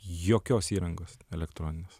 jokios įrangos elektroninės